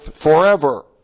forever